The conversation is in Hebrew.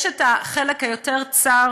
יש החלק היותר-צר,